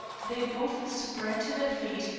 they both sprang to their feet,